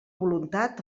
voluntat